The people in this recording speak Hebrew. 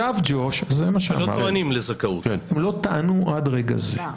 הם לא טענו עד רגע זה.